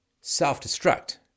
self-destruct